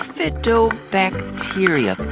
bifidobacteria.